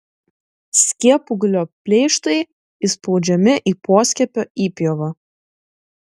skiepūglio pleištai įspaudžiami į poskiepio įpjovą